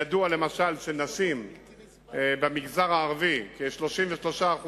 ידוע, למשל, שנשים במגזר הערבי, כ-33%